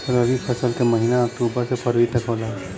रवी फसल क महिना अक्टूबर से फरवरी तक होला